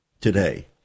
Today